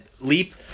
leap